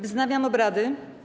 Wznawiam obrady.